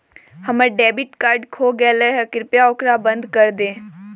हम्मर debit card खो गयले है, कृपया ओकरा बंद कर दे